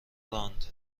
راند